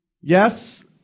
yes